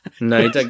No